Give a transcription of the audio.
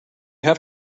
have